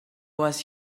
was